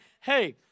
hey